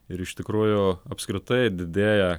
ir iš tikrųjų apskritai didėja